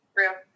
real